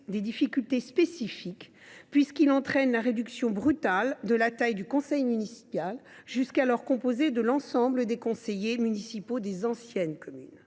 des difficultés spécifiques, ce renouvellement ayant pour effet la réduction brutale de la taille du conseil municipal, jusqu’alors composé de l’ensemble des conseillers municipaux des anciennes communes.